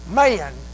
man